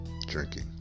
drinking